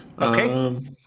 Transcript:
Okay